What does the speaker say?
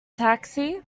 taxi